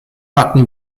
matten